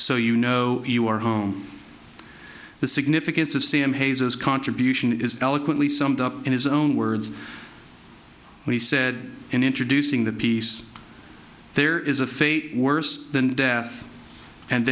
so you know you are home the significance of c m hazels contribution is eloquently summed up in his own words what he said in introducing the piece there is a fate worse than death and